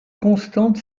constante